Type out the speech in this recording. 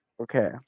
okay